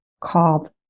called